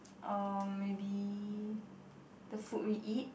uh maybe the food we eat